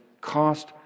cost